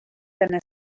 than